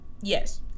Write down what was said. Yes